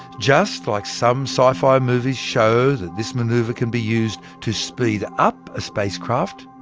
just like some sci-fi movies show that this manoeuvre can be used to speed up a spacecraft,